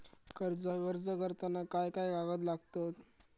कर्जाक अर्ज करताना काय काय कागद लागतत?